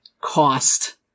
cost